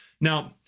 Now